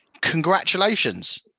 Congratulations